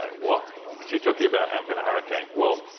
what? what's he talking about, amp in a hurricane? well,